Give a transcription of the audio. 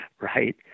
right